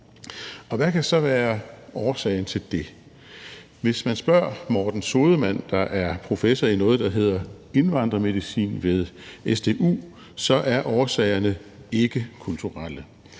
hvad kan så være årsagen til det? Hvis man spørger Morten Sodemann, der er professorer i noget, der hedder indvandrermedicin, ved SDU, så er årsagerne ikke kulturelle.